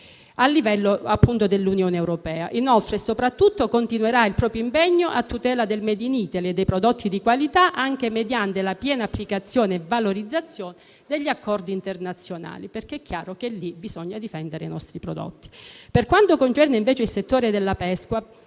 a livello di Unione europea e inoltre continuerà il proprio impegno a tutela del *made in Italy* e dei prodotti di qualità, anche mediante la piena applicazione e valorizzazione degli accordi internazionali, perché è chiaro che è in quella sede che bisogna difendere i nostri prodotti. Per quanto concerne invece il settore della pesca,